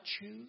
choose